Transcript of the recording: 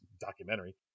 documentary